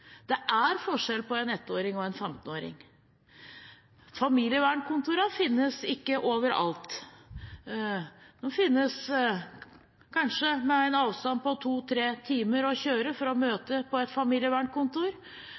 Det er forskjell på en 1-åring og en 15-åring, og familievernkontorene finnes ikke overalt. De finnes, men kanskje tar det to–tre timer å kjøre for å møte på et familievernkontor.